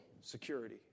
security